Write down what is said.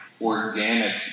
organic